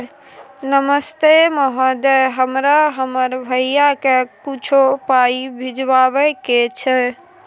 नमस्ते महोदय, हमरा हमर भैया के कुछो पाई भिजवावे के छै?